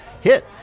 hit